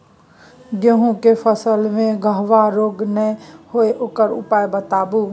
गेहूँ के फसल मे गबहा रोग नय होय ओकर उपाय बताबू?